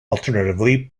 alternatively